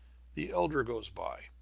the elder goes by,